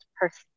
person